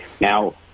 Now